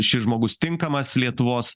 šis žmogus tinkamas lietuvos